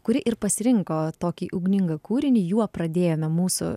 kuri ir pasirinko tokį ugningą kūrinį juo pradėjome mūsų